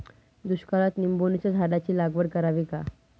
दुष्काळात निंबोणीच्या झाडाची लागवड करावी का?